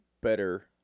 better